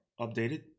updated